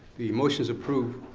the motion is approved